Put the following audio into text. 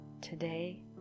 Today